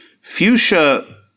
Fuchsia